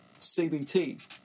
CBT